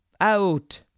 out